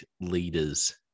leaders